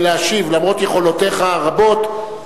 למרות יכולותיך הרבות,